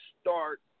start